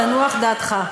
תנוח דעתך.